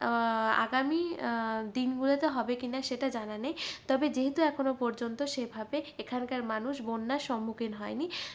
আগামী দিনগুলোতে হবে কি না সেটা জানা নেই তবে যেহেতু এখনো পর্যন্ত সেভাবে এখানকার মানুষ বন্যার সম্মুখীন হয় নি